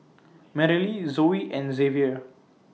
Merrily Zoey and Xzavier